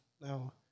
now